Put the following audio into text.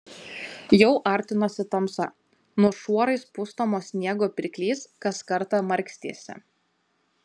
jau artinosi tamsa nuo šuorais pustomo sniego pirklys kas kartą markstėsi